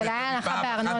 זה היה על הנחה בארנונה,